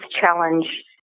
challenge